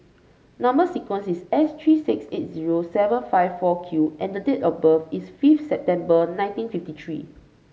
number sequence is S three six eight zero seven five four Q and date of birth is fifth September nineteen fifty three